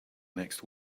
next